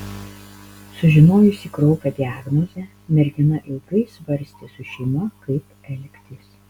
sužinojusi kraupią diagnozę mergina ilgai svarstė su šeima kaip elgtis